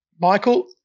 Michael